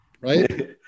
Right